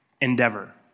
endeavor